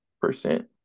percent